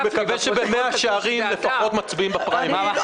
יש בקשה לאשר בהתאם לסעיף 10 לחוק החברות הממשלתיות.